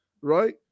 right